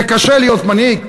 קשה להיות מנהיג,